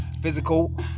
physical